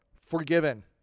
forgiven